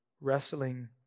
wrestling